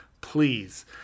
Please